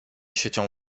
siecią